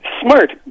Smart